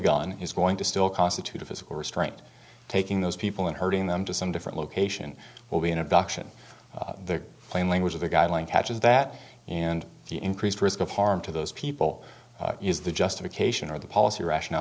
gun is going to still constitute a physical restraint taking those people and hurting them to some different location will be an abduction the plain language of the guideline catches that and the increased risk of harm to those people use the justification or the policy rationale